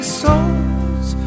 souls